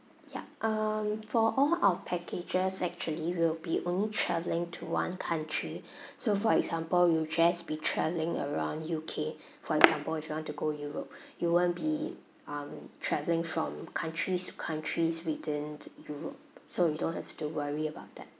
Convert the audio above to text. yup um for all our packages actually we'll be only travelling to one country so for example you'll just be travelling around U_K for example if you want to go europe you won't be um travelling from countries to countries within europe so you don't have to worry about that